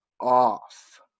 off